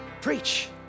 preach